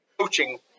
coaching